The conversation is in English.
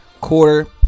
quarter